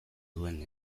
duen